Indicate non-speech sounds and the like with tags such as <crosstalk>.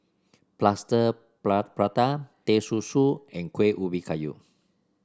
Plaster <unintelligible> Prata Teh Susu and Kueh Ubi Kayu